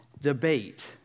debate